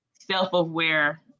self-aware